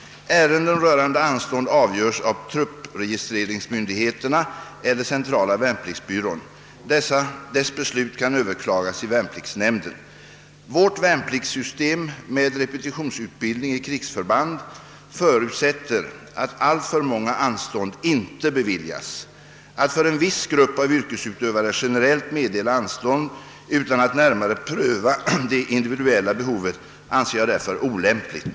Ärenden rörande anstånd avgörs av truppregistreringsmyndigheterna eller centrala värnpliktsbyrån. Dessa instansers beslut kan överklagas i värnpliktsnämnden. Vårt värnpliktssystem med repetitionsutbildning i krigsförband förutsätter att alltför många anstånd inte beviljas. Att för en viss grupp av yrkesutövare generellt meddela anstånd utan att närmare pröva det individuella behovet anser jag därför olämpligt.